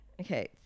Okay